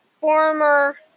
former